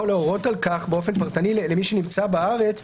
להורות על כך באופן פרטני למי שנמצא בארץ,